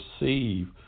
receive